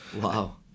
Wow